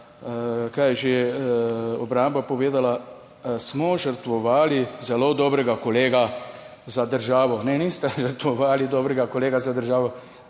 kaj je že obramba povedala smo žrtvovali zelo dobrega kolega za državo. Ne niste žrtvovali dobrega kolega za državo,